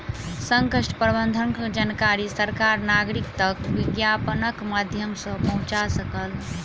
संकट प्रबंधनक जानकारी सरकार नागरिक तक विज्ञापनक माध्यम सॅ पहुंचा सकल